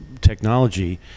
technology